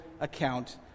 account